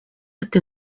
ati